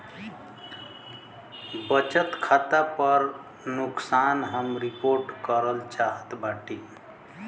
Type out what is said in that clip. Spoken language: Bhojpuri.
बचत खाता पर नुकसान हम रिपोर्ट करल चाहत बाटी